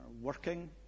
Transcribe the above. working